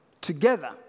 together